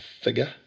figure